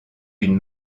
d’une